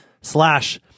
slash